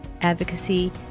advocacy